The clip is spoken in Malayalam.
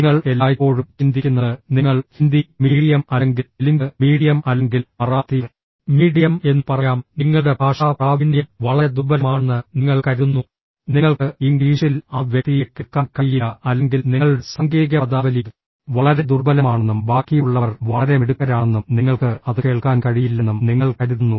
നിങ്ങൾ എല്ലായ്പ്പോഴും ചിന്തിക്കുന്നത് നിങ്ങൾ ഹിന്ദി മീഡിയം അല്ലെങ്കിൽ തെലുങ്ക് മീഡിയം അല്ലെങ്കിൽ മറാത്തി മീഡിയം എന്ന് പറയാം നിങ്ങളുടെ ഭാഷാ പ്രാവീണ്യം വളരെ ദുർബലമാണെന്ന് നിങ്ങൾ കരുതുന്നു നിങ്ങൾക്ക് ഇംഗ്ലീഷിൽ ആ വ്യക്തിയെ കേൾക്കാൻ കഴിയില്ല അല്ലെങ്കിൽ നിങ്ങളുടെ സാങ്കേതിക പദാവലി വളരെ ദുർബലമാണെന്നും ബാക്കിയുള്ളവർ വളരെ മിടുക്കരാണെന്നും നിങ്ങൾക്ക് അത് കേൾക്കാൻ കഴിയില്ലെന്നും നിങ്ങൾ കരുതുന്നു